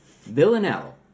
Villanelle